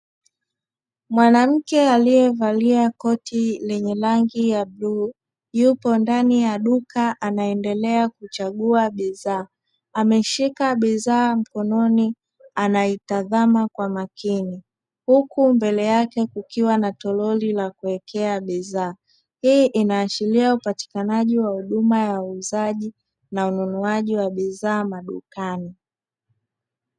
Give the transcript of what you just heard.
Mwanamke aliyevalia koti lenye rangi ya bluu, yupo ndani ya duka anaendelea kuchagua bidhaa. Ameshika bidhaa mkononi anaitazama kwa makini, huku mbele yake kukiwa na toroli la kuwekea bidhaa. Hii inaashiria upatikanaji wa huduma ya uuzaji na ununuaji wa bidhaa madukani.